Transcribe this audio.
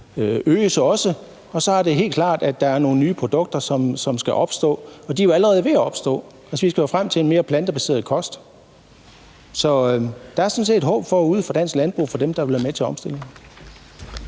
øges også. Og så er det helt klart, at der skal skabes nogle nye produkter, og de er jo allerede ved at blive skabt – altså, vi skal jo frem til at overgå til en mere plantebaseret kost. Så der er sådan set håb forude for dem i dansk landbrug, der vil være med til omstillingen.